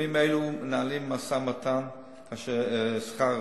בימים אלו מנהלים משא-ומתן על שכר הרופאים,